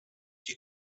die